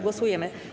Głosujemy.